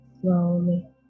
slowly